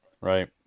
Right